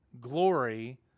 glory